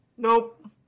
Nope